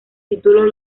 títulos